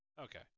Okay